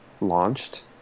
launched